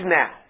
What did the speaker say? now